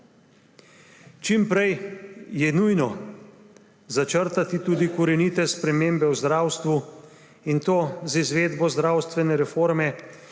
Čim prej je nujno začrtati tudi korenite spremembe v zdravstvu, in to z izvedbo zdravstvene reforme,